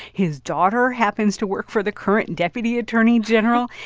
his daughter happens to work for the current deputy attorney general.